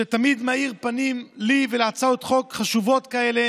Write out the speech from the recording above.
שתמיד מאיר פנים לי ולהצעות חוק חשובות כאלה